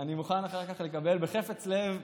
אני מוכן אחר כך לקבל בחפץ לב,